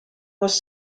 was